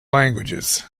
languages